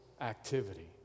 activity